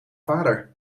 vader